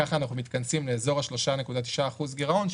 ככה אנחנו מתכנסים לאזור ה-3.9% גירעון,